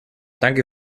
danke